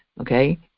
Okay